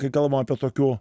kai kalbam apie tokių